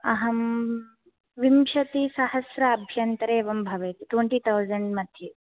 अहं विंशतिसहस्र अभ्यन्तरे एवं भवेत् ट्वेन्टितौसन्ड् मध्ये